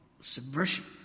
subversion